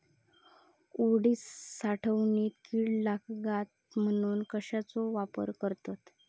उडीद साठवणीत कीड लागात म्हणून कश्याचो वापर करतत?